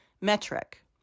metric